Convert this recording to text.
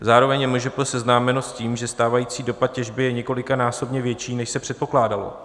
Zároveň je MŽP seznámeno s tím, že stávající dopad těžby je několikanásobně větší, než se předpokládalo.